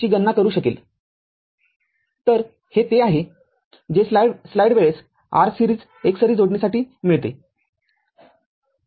तर हे ते आहे जे स्लाईड वेळेस Rseries एकसरी जोडणीसाठी मिळते